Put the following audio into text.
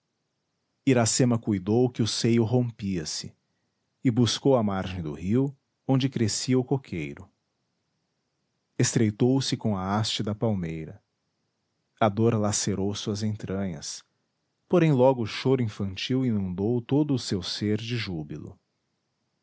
iracema cuidou que o seio rompia se e buscou a margem do rio onde crescia o coqueiro